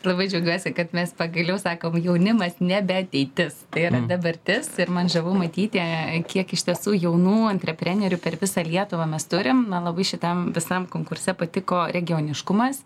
labai džiaugiuosi kad mes pagaliau sakom jaunimas nebe ateitis tai yra dabartis ir man žavu matyti kiek iš tiesų jaunų antreprenerių per visą lietuvą mes turim man labai šitam visam konkurse patiko regioniškumas